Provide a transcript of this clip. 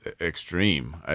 extreme